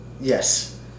Yes